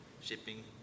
shipping